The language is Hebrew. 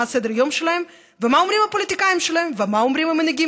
מה סדר-היום שלהם ומה אומרים הפוליטיקאים שלהם ומה אומרים המנהיגים